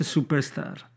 Superstar